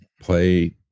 play